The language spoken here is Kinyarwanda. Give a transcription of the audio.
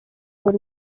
rwego